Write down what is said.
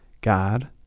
God